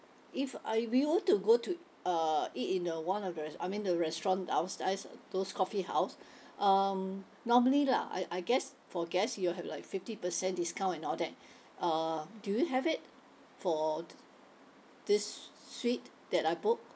if we all to go to uh eat in a one of the res~ I mean the restaurant downstairs those coffee house um normally lah I I guess for guest you'll have like fifty percent discount and all that uh do you have it for this suite that I book